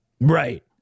right